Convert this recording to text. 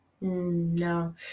No